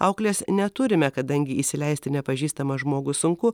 auklės neturime kadangi įsileisti nepažįstamą žmogų sunku